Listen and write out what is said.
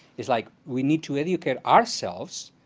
it's like we need to educate ourselves,